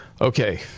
Okay